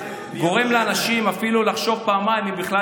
גורם לאנשים אפילו לחשוב פעמיים אם בכלל